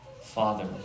Father